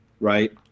right –